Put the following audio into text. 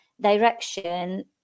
direction